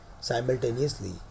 Simultaneously